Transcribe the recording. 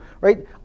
right